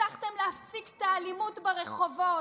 הבטחתם להפסיק את האלימות ברחובות,